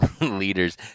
leaders